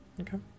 Okay